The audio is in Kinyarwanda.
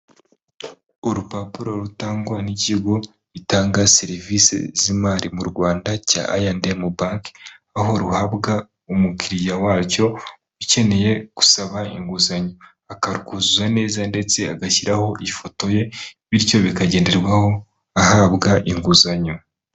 Urupapuro rutangwa n'ikigo gitanga serivise z'imari mu Rwanda cya ayendemu banke, aho ruhabwa umukiriya wacyo ukeneye gusaba inguzanyo, akakuzuza neza ndetse agashyiraho ifoto ye, bityo bikagenderwaho ahabwa inguzanyo.